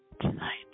tonight